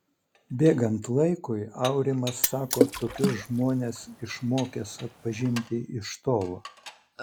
bėgant laikui aurimas sako tokius žmones išmokęs atpažinti iš tolo